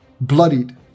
bloodied